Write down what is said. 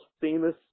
famous